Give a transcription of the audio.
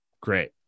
Great